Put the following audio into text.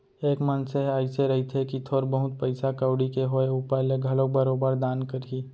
एक मनसे ह अइसे रहिथे कि थोर बहुत पइसा कउड़ी के होय ऊपर ले घलोक बरोबर दान करही